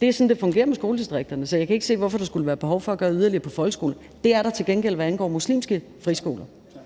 Det er sådan, det fungerer med skoledistrikterne. Så jeg kan ikke se, hvorfor der skulle være behov for at gøre yderligere i forhold til folkeskolen. Det er der til gengæld, hvad angår muslimske friskoler.